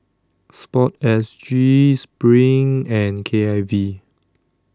Sport S G SPRING and K I V